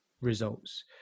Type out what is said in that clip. results